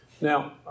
now